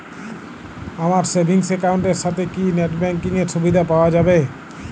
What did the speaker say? আমার savings account এর সাথে কি নেটব্যাঙ্কিং এর সুবিধা পাওয়া যাবে?